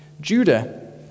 Judah